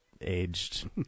aged